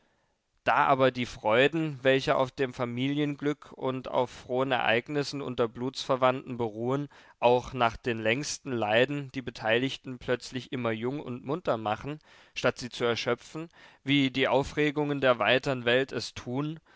da aber die freuden welche auf dem familienglück und auf frohen ereignissen unter blutsverwandten beruhen auch nach den längsten leiden die beteiligten plötzlich immer jung und munter machen statt sie zu erschöpfen wie die aufregungen der weitern welt es tun